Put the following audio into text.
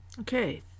Okay